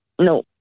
No